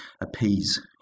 appease